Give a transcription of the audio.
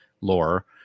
lore